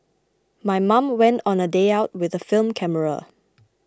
my mom went on a day out with a film camera